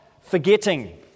forgetting